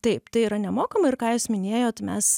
taip tai yra nemokama ir ką jūs minėjot mes